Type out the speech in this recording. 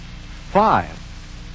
Five